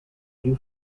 you